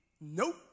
Nope